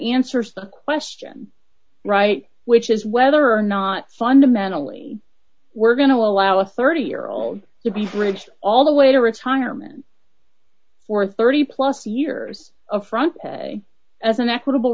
answers the question right which is whether or not fundamentally we're going to allow a thirty year old to be bridge all the way to retirement for thirty plus years of front as an equitable